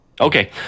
okay